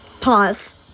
pause